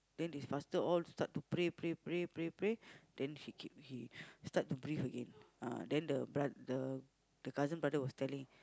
then they faster all start to pray pray pray pray pray then she keep he start to breath again ah then the broth~ the cousin brother was telling